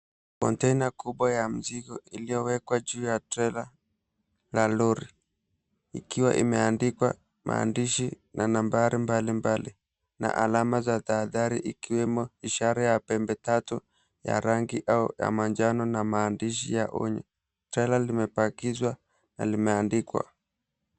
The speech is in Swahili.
Kontena kubwa ya mzigo iliyowekwa juu ya trela la lori. Ikiwa imeandikwa maandishi na nambari mbalimbali na alama za tahadhari, ikiwemo ishara ya pembe tatu ya rangi au ya manjano na maandishi ya onyo. Trela limepakizwa na limeandikwa.